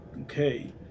Okay